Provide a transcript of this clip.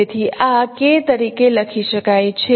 તેથી આ K તરીકે લખી શકાય છે